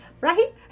Right